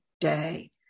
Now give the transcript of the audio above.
day